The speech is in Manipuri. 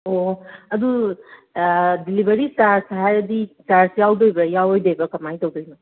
ꯑꯣ ꯑꯗꯨ ꯗꯤꯂꯤꯚꯔꯤ ꯆꯥꯔꯖ ꯍꯥꯏꯔꯗꯤ ꯆꯥꯔꯖ ꯌꯥꯎꯗꯣꯏꯔꯣ ꯌꯥꯎꯔꯣꯏꯗꯣꯏꯔꯣ ꯀꯃꯥꯏꯅ ꯇꯧꯗꯣꯏꯅꯣ